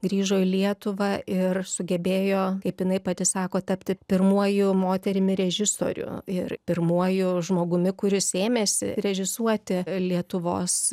grįžo į lietuvą ir sugebėjo kaip jinai pati sako tapti pirmuoju moterimi režisoriu ir pirmuoju žmogumi kuris ėmėsi režisuoti lietuvos